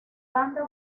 banda